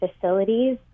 facilities